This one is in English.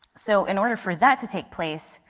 so in order for that to take place,